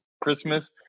Christmas –